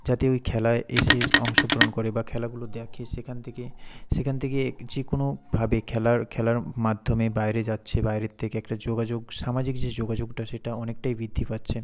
যাতে ওই খেলায় এসে অংশগ্রহণ করে বা খেলাগুলো দেখে সেখান থেকে সেখান থেকে যে কোনোভাবে খেলার খেলার মাধ্যমে বাইরে যাচ্ছে বাইরের থেকে একটা যোগাযোগ সামাজিক যে যোগাযোগটা সেটা অনেকটাই বৃদ্ধি পাচ্ছে